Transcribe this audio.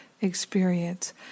experience